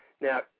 Now